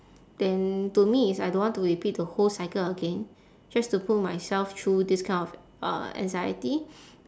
then to me it's I don't want to repeat the whole cycle again just to put myself through this kind of uh anxiety